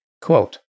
Quote